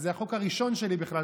אז זה החוק הראשון שלי בכלל.